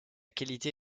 qualité